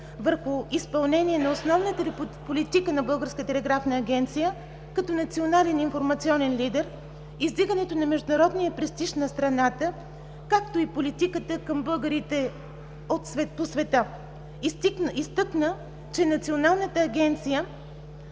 върху изпълнение на основната политика на Българската телеграфна агенция като национален информационен лидер, издигането на международния престиж на страната, както и политиката към българите по света. Изтъкна, че Националната агенция